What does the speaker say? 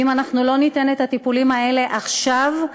אם אנחנו לא ניתן את הטיפולים האלה עכשיו,